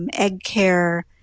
and egg care.